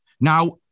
now